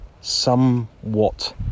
somewhat